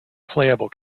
playable